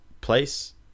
place